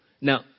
Now